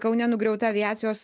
kaune nugriauta aviacijos